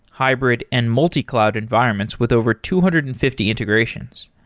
hybrid and multi-cloud environments with over two hundred and fifty integrations.